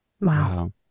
wow